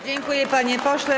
Dziękuję, panie pośle.